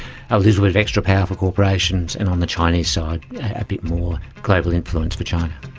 a little bit of extra power for corporations, and on the chinese side a bit more global influence for china.